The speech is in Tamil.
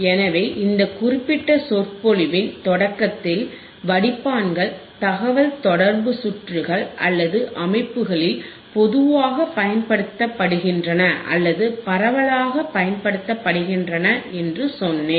எனவே இந்த குறிப்பிட்ட சொற்பொழிவின் தொடக்கத்தில் வடிப்பான்கள் தகவல்தொடர்பு சுற்றுகள் அல்லது அமைப்புகளில் பொதுவாகப் பயன்படுத்தப்படுகின்றன அல்லது பரவலாகப் பயன்படுத்தப்படுகின்றன என்று சொன்னேன்